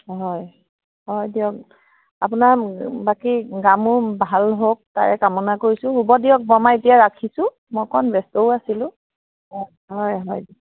হয় হয় দিয়ক আপোনাৰ বাকী গা মূৰ ভাল হওক তাৰে কামনা কৰিছোঁ হ'ব দিয়ক বৰমা এতিয়া ৰাখিছোঁ মই অকণমান ব্যস্তও আছিলোঁ হয় হয়